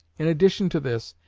in addition to this,